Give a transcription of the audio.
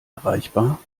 erreichbar